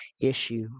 issue